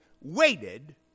waited